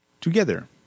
together